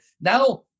Now